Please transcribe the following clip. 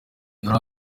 yari